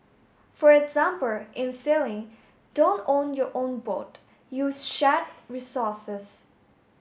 for example in sailing don't own your own boat use shared resources